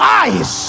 eyes